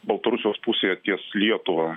baltarusijos pusėje ties lietuva